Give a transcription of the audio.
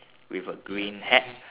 with a green hat